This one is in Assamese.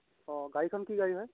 অ গাড়ীখন কি গাড়ী হয়